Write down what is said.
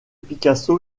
picasso